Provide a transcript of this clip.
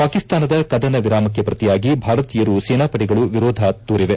ಪಾಕಿಸ್ತಾನದ ಕದನ ವಿರಾಮಕ್ಕೆ ಪ್ರತಿಯಾಗಿ ಭಾರತೀಯ ಸೇನಾ ಪಡೆಗಳು ಪ್ರತಿರೋಧ ತೋರಿವೆ